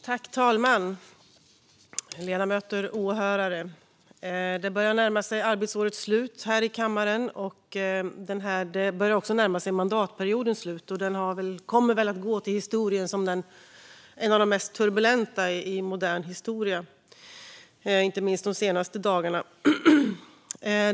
Fru talman! Ledamöter, åhörare! Det börjar närma sig arbetsårets slut här i kammaren. Det börjar också närma sig mandatperiodens slut, en mandatperiod som väl kommer att gå till historien som en av de mest turbulenta i modern tid, inte minst de senaste dagarna.